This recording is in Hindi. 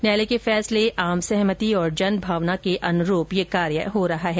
न्यायालय के फैसले आम सहमति और जनभावना के अनुरूप यह कार्य हो रहा है